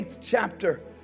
chapter